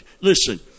listen